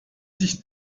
sich